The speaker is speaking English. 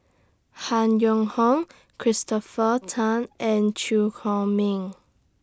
Han Yong Hong Christopher Tan and Chew Chor Meng